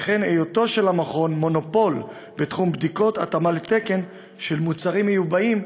וכן היותו של המכון מונופול בתחום בדיקות התאמה לתקן של מוצרים מיובאים,